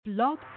Blog